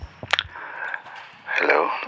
Hello